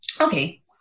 Okay